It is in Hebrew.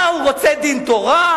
מה, הוא רוצה דין תורה?